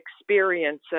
experience